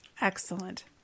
Excellent